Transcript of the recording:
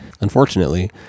Unfortunately